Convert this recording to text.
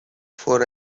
for